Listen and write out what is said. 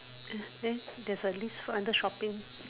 eh there there's a list right under shopping